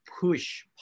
push